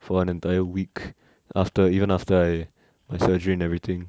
for an entire week after even after I my surgery and everything